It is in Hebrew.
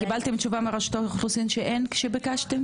קיבלתם תשובה מרשות האוכלוסין שאין כשביקשתם,